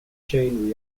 chain